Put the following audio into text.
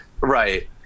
Right